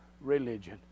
religion